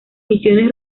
misiones